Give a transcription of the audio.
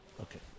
Okay